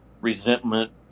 resentment